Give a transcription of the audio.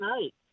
night